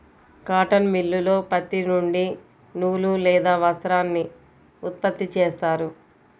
cotton మిల్లులో పత్తి నుండి నూలు లేదా వస్త్రాన్ని ఉత్పత్తి చేస్తారు